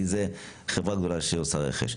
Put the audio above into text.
כי זאת חברה גדולה שעושה רכש.